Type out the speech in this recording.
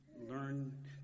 learn